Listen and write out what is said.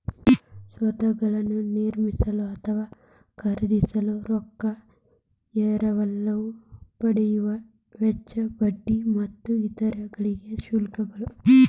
ಸ್ವತ್ತುಗಳನ್ನ ನಿರ್ಮಿಸಲು ಅಥವಾ ಖರೇದಿಸಲು ರೊಕ್ಕಾ ಎರವಲು ಪಡೆಯುವ ವೆಚ್ಚ, ಬಡ್ಡಿ ಮತ್ತು ಇತರ ಗಳಿಗೆ ಶುಲ್ಕಗಳು